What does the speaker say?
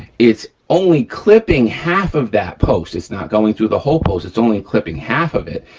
it's only clipping half of that post, it's not going through the hole post, it's only clipping half of it.